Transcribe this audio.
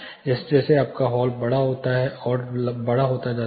जैसे जैसे आपका हॉल बड़ा होता जाता है और बड़ा होता जाता है